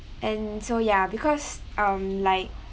and so ya because um like